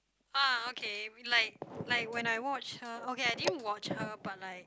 ah okay like like when I watched her okay I didn't watch her but like